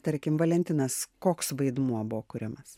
tarkim valentinas koks vaidmuo buvo kuriamas